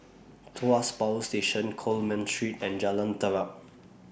Tuas Power Station Coleman Street and Jalan Terap